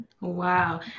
Wow